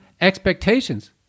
expectations